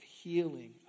healing